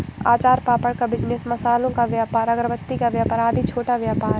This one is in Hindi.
अचार पापड़ का बिजनेस, मसालों का व्यापार, अगरबत्ती का व्यापार आदि छोटा व्यापार है